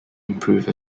improve